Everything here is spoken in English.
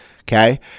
Okay